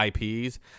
IPs